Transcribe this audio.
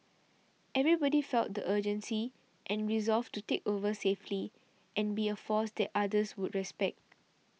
everybody felt the urgency and resolve to take over safely and be a force that others would respect